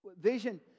vision